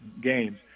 games